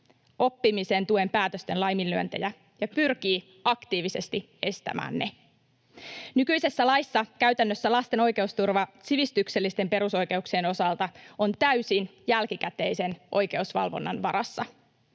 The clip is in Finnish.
oppimisen tuen päätösten laiminlyöntejä ja pyrkii aktiivisesti estämään ne. Nykyisessä laissa lasten oikeusturva sivistyksellisten perusoikeuksien osalta on käytännössä täysin jälkikäteisen oikeusvalvonnan varassa.